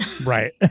Right